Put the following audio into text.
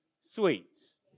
sweets